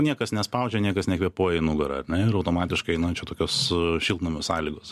niekas nespaudžia niekas nekvėpuoja į nugarą ir automatiškai na čia tokios šiltnamio sąlygos